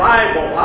Bible